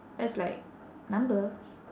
I was like number